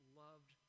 loved